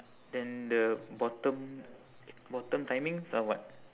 then the bottom bottom timings are what